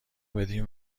بدین